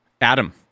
adam